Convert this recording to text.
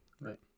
Right